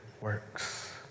works